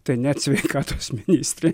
tai net sveikatos ministrė